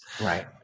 Right